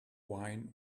wine